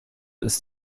ist